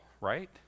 right